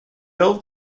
old